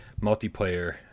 multiplayer